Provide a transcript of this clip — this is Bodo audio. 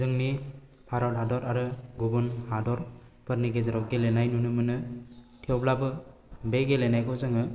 जोंनि भारत हादर आरो गुबन हादरफोरनि गेजेराव गेलेनाय नुनो मोनो थेवब्लाबो बे गेलेनायखौ जोङो